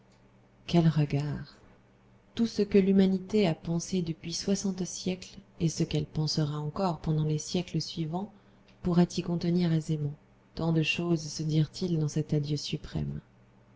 quel regard tout ce que l'humanité a pensé depuis soixante siècles et ce qu'elle pensera encore pendant les siècles suivants pourrait y contenir aisément tant de choses se dirent-ils dans cet adieu suprême